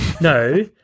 No